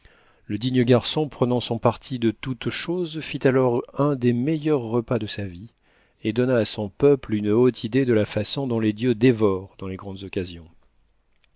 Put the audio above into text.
le digne garçon prenant son parti de toutes choses fit alors un des meilleurs repas de sa vie et donna à son peuple une haute idée de la façon dont les dieux dévorent dans les grandes occasions